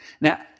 Now